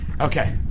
Okay